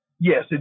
Yes